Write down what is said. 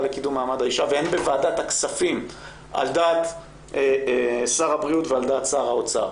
לקידום מעמד האישה והן בוועדת הכספים על דעת שר הבריאות ושר האוצר,